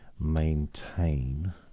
maintain